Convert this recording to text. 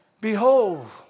Behold